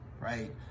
right